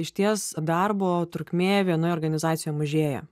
išties darbo trukmė vienoje organizacijoje mažėja